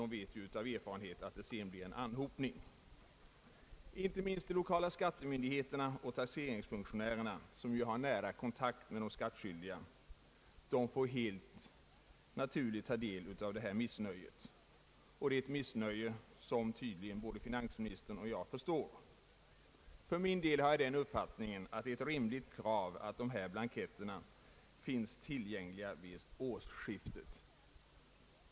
De vet nämligen av erfarenhet att det längre fram uppstår svår arbetsanhopning. Inte minst de lokala skattemyndigheterna och taxeringsfunktionärerna, som har nära kontakt med de skattskyldiga, får helt naturligt ta del av dessas missnöje. Det är ett missnöje som tydligen både finansministern och jag förstår, och jag anser det vara ett rimligt krav att ifrågavarande blanketter finns tillgängliga vid årsskiftet.